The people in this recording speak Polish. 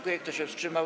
Kto się wstrzymał?